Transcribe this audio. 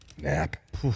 Nap